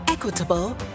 Equitable